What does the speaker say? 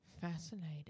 Fascinating